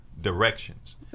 Directions